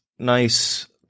Nice